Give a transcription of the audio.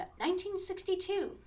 1962